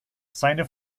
seine